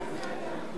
נא לא להפריע.